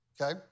Okay